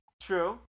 true